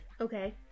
Okay